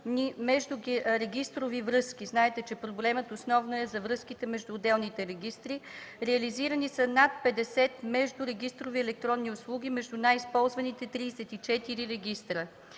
междурегистрови връзки – знаете, проблемът е основно за връзките между отделните регистри; реализирани са над 50 междурегистрови електронни услуги между най-използваните 34 регистъра;